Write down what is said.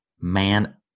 man